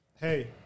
hey